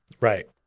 Right